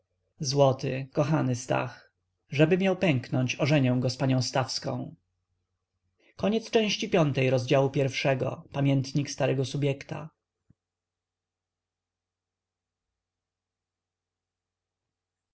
złoty kochany stach żeby miał pęknąć ożenię go z panią stawską